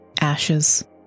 ashes